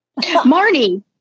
Marnie